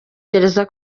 gereza